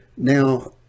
Now